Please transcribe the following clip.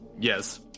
Yes